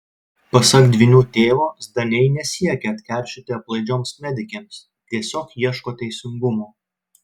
pasak dvynių tėvo zdaniai nesiekia atkeršyti aplaidžioms medikėms tiesiog ieško teisingumo